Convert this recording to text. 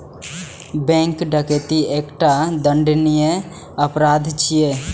bank डकैती एकटा दंडनीय अपराध छियै